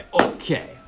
okay